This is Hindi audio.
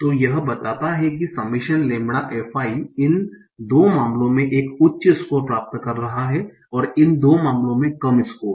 तो यह बताता है कि यह समैशन लेमबड़ा f i इन दो मामलों में एक उच्च स्कोर प्राप्त कर रहा है और इन दो मामलों में कम स्कोर